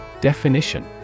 Definition